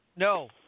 No